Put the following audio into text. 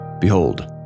behold